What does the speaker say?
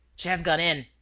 she has gone in.